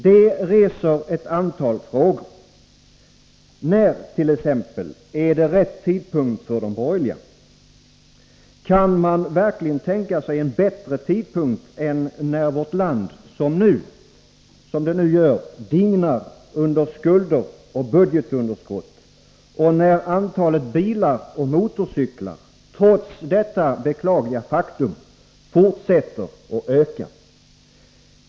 Detta reser ett antal frågor: När är det rätt tidpunkt för de borgerliga? Kan man verkligen tänka sig en bättre tidpunkt än när vårt land, som nu, dignar under skulder och budgetunderskott och när antalet bilar och motorcyklar — trots detta beklagliga faktum — fortsätter att öka?